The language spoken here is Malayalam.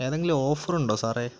ഏതെങ്കിലും ഓഫർ ഉണ്ടോ സാറേ